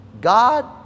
God